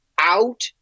out